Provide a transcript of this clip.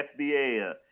FBA